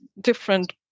different